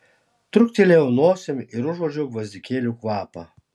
truktelėjau nosimi ir užuodžiau gvazdikėlių kvapą